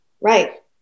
right